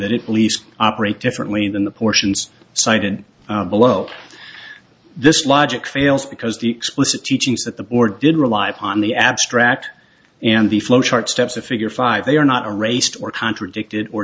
that it least operate differently than the portions cited below this logic fails because the explicit teachings that the board did rely upon the abstract and the flowchart steps to figure five they are not erased or contradicted